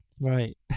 right